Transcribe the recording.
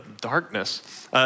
darkness